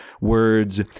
words